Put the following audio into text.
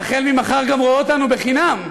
והחל ממחר גם רואה אותנו חינם: